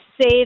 Say